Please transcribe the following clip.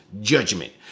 judgment